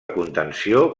contenció